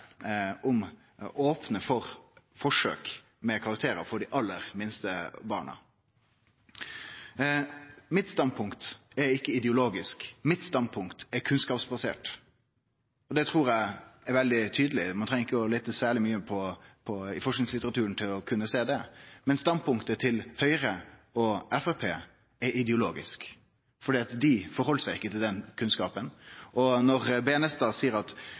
opne for forsøk med karakterar for dei aller minste barna. Mitt standpunkt er ikkje ideologisk. Mitt standpunkt er kunnskapsbasert. Det trur eg er veldig tydeleg. Ein trengjer ikkje leite særleg lenge i forskingslitteraturen for å kunne sjå det. Men standpunktet til Høgre og Framstegspartiet er ideologisk, fordi dei tar ikkje omsyn til den kunnskapen. Når representanten Tveiten Benestad seier at SV synest å meine at forskarane har konkludert ein gong for alle, viser det at